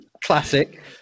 Classic